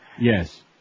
Yes